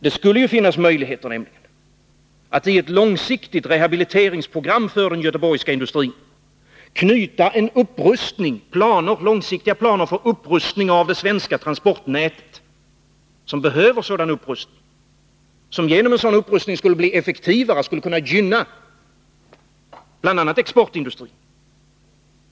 Det skulle finnas möjligheter att i ett långsiktigt rehabiliteringsprogram för den göteborgska industrin ta in långsiktiga planer för upprustning av det svenska transportnätet, som behöver en sådan upprustning och som aa därigenom skulle bli effektivare. Detta skulle bl.a. också gynna exportindustrin.